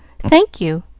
thank you,